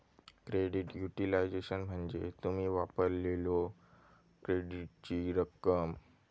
credit utilisation म्हणजे तुम्ही वापरलेल्यो क्रेडिटची रक्कम